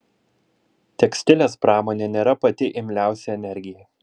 tekstilės pramonė nėra pati imliausia energijai